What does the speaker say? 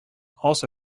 also